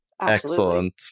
Excellent